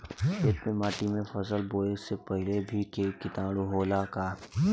खेत के माटी मे फसल बोवे से पहिले भी किटाणु होला का?